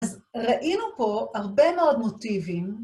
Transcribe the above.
אז ראינו פה הרבה מאוד מוטיבים.